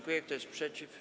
Kto jest przeciw?